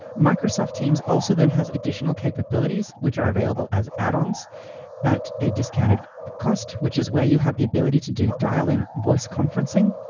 microsoft teams also then has additional capabilities which are available as add-ons at a discounted cost, which is where you have the ability to do dial-in voice conferencing,